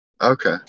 Okay